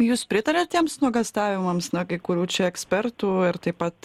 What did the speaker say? jūs pritariat tiems nuogąstavimams na kai kurių čia ekspertų ir taip pat